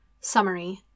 Summary